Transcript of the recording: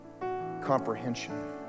comprehension